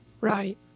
right